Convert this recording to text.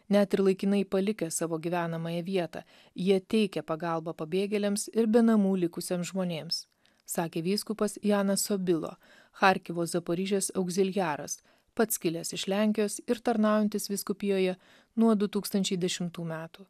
net ir laikinai palikę savo gyvenamąją vietą jie teikia pagalbą pabėgėliams ir be namų likusiems žmonėms sakė vyskupas janas obilo charkivo zaporižės augziliaras pats kilęs iš lenkijos ir tarnaujantis vyskupijoje nuo du tūkstančiai dešimtų metų